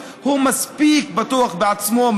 הוא מספיק בטוח בעצמו,